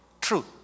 truth